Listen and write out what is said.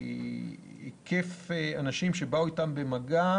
היקף אנשים שבאו אתם במגע